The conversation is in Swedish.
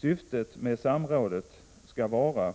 Syftet med samrådet skall vara